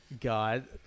God